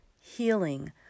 healing